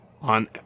on